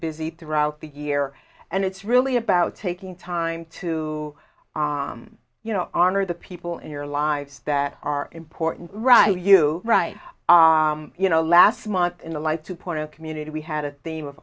busy throughout the year and it's really about taking time to you know honor the people in your lives that are important raju right you know last month in the life to point to community we had a theme of